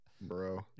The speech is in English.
bro